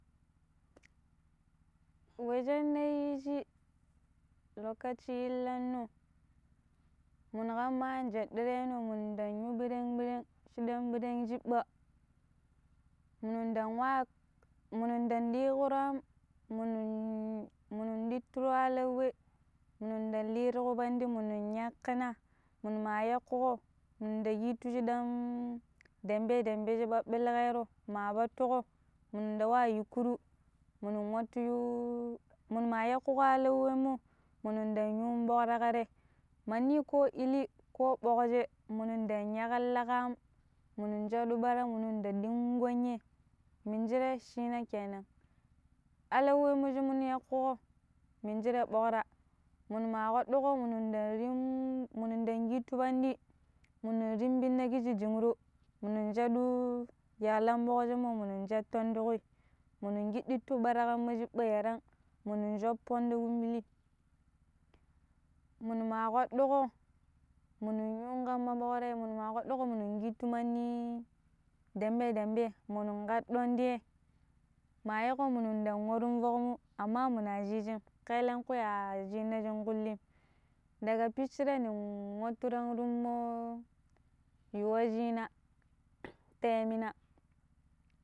We shinna yi ji lokaci inlanno munu kamma anjeɗɗereno munun ɗang yu ɓirangɓirang shidam birang shibba munun ɗang wa munun ɗang ɗikuru minin minin ɗitturo alau we minun ɗang hi tuku panɗi minin yaƙƙkina minu ma yaƙƙuko min ta kittu shiɗam denpe denpe shi ɓaɓɓilikero ma pattuƙo mun tawa yuƙƙuru munu ma tu yu munu ma yaƙƙuƙo alauwemo munu ɗang yun ɓuƙra ka te manɗi ko ili ko ɗogche minun ɗang yaƙla ka am minun shaɗu ɓara minun da ɗin gon ye minjire shina ke nan, alauwe mu shinu yaƙƙuƙo minjire ɓokra minun ma bwattuƙon munun ɗang ɗin munu ɗang ƙittu panɗi minun riɗɗina kishi jinro munu shaɗu yaklan bogche mo minun shetton tukwi munun keɗɗittu ɓara ma kan ma shibba yaran minun choppon tu tum bili munu ma kpaɗɗuko munun yunƙo ma ɗore munun ma kpaɗɗuko munun kittu manɗi ɗembe dembe munun kaɗɗon tei ma yi ko munun ɗang warun fok mu amma muna shishim kelenkwi a shina shin walam. daga pitchire nin wattu tang tummo yu we shina ta yam mina